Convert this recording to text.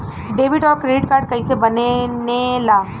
Debit और credit card कईसे बने ने ला?